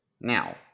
Now